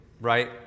right